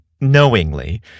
knowingly